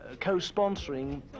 co-sponsoring